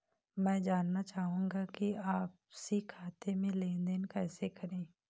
मैं जानना चाहूँगा कि आपसी खाते में लेनदेन कैसे करें?